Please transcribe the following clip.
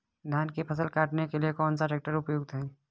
धान की फसल काटने के लिए कौन सा ट्रैक्टर उपयुक्त है?